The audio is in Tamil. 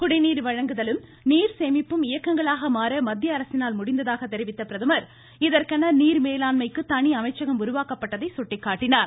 குடிநீர் வழங்குதலும் நீர் சேமிப்பும் இயக்கங்களாக மாற்ற மத்திய அரசினால் முடிந்ததாக தெரிவித்த பிரதமர் இதற்கென நீர் மேலாண்மைக்கு தனி அமைச்சகம் உருவாக்கப்பட்டுள்ளதை சுட்டிக்காட்டினார்